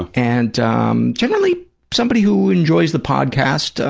and um generally somebody who enjoys the podcast,